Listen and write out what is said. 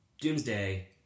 Doomsday